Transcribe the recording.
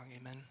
Amen